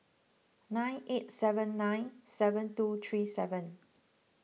nine eight seven nine seven two three seven